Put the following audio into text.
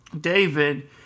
David